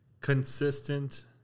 Consistent